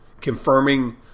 confirming